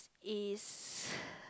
is